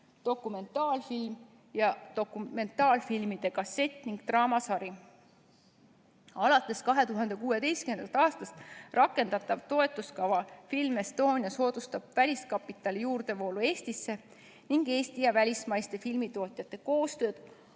animafilm, dokumentaalfilmide kassett ning draamasari. Alates 2016. aastast rakendatav Film Estonia toetuskava soodustab väliskapitali juurdevoolu Eestisse ning Eesti ja välismaiste filmitootjate koostööd